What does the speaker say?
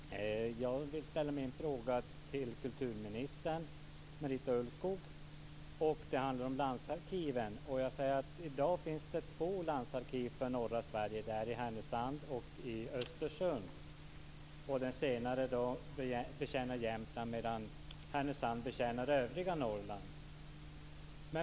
Fru talman! Jag vill ställa min fråga till kulturminister Marita Ulvskog. Den handlar om landsarkiven. I dag finns det två landsarkiv för norra Sverige, i Jämtland, medan Härnösand betjänar övriga Norrland.